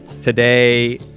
Today